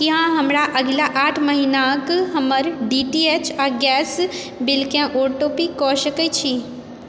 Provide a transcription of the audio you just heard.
की अहाँ हमरा अगिला आठ महिनाक हमर डी टी एच आ गैस बिलकेँ ऑटो पे कऽ सकैत छी